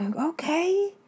Okay